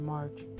March